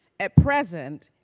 at present,